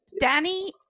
Danny